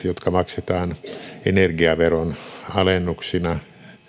jotka maksetaan energiaveron alennuksina